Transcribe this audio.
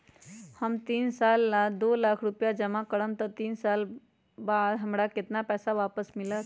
हम तीन साल ला दो लाख रूपैया जमा करम त तीन साल बाद हमरा केतना पैसा वापस मिलत?